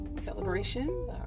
celebration